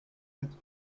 quatre